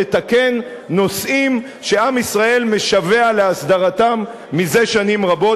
לתקן נושאים שעם ישראל משווע להסדרתם זה שנים רבות.